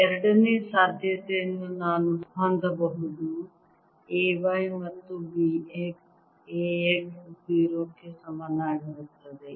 ಎರಡನೆಯ ಸಾಧ್ಯತೆಯನ್ನು ನಾನು ಹೊಂದಬಹುದು A y ಮತ್ತುB x A x 0 ಗೆ ಸಮನಾಗಿರುತ್ತದೆ